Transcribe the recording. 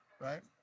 Right